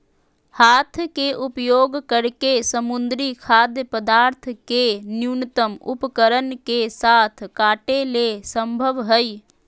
हाथ के उपयोग करके समुद्री खाद्य पदार्थ के न्यूनतम उपकरण के साथ काटे ले संभव हइ